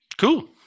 Cool